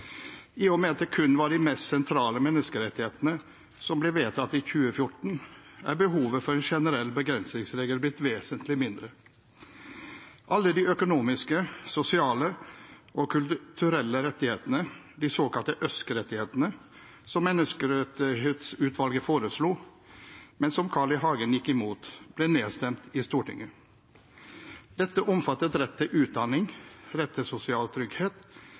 I og med at det kun var de mest sentrale menneskerettighetene som ble vedtatt i 2014, er behovet for en generell begrensningsregel blitt vesentlig mindre. Alle de økonomiske, sosiale og kulturelle rettighetene, de såkalte ØSK-rettighetene, som Menneskerettighetsutvalget foreslo, men som Carl I. Hagen gikk imot, ble nedstemt i Stortinget. Dette omfattet rett til utdanning, rett til sosial trygghet,